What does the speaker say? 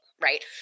right